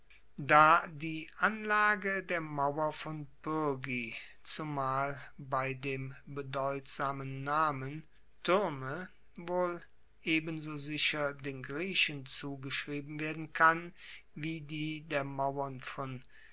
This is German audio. da die anlage der mauer von pyrgi zumal bei dem bedeutsamen namen tuerme wohl ebenso sicher den griechen zugeschrieben werden kann wie die der mauern von